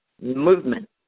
movement